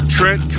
Trent